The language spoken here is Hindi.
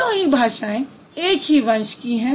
तीनों ही भाषाएँ एक ही वंश की हैं